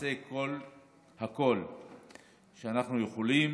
נעשה כל שאנחנו יכולים